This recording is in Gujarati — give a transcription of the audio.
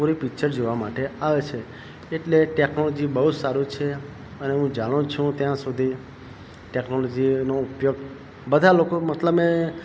પૂરી પિચર જોવા માટે આવે છે એટલે ટેકનોલોજી બહુ જ સારું છે અને હું જાણું છું ત્યાં સુધી ટેકનોલોજીનું ઉપયોગ બધા લોકો મતલબ એ